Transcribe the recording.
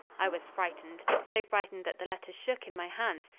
i was frightened so frightened that the letter shook in my hands,